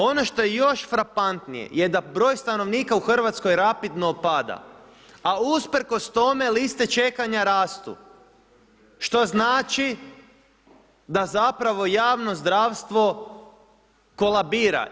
Ono što je još frapantnije da je broj stanovnika u Hrvatskoj rapidno pada a usprkos tome liste čekanja rastu što znači da zapravo javno zdravstvo kolabira.